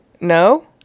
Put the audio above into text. no